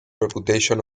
reputation